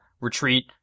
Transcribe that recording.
retreat